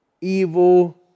evil